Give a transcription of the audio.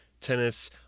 tennis